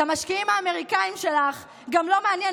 את המשקיעים האמריקאים שלך גם לא מעניין